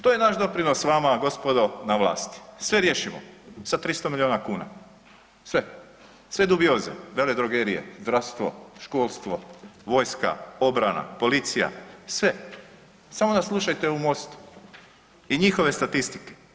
To je naš doprinos vama gospodo na vlasti, sve riješimo sa 300 miliona kuna, sve, sve dubioze, veledrogerije, zdravstvo, školstvo, vojska, obrana, policija, sve, samo nas slušajte u MOST-u i njihove statistike.